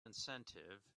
incentive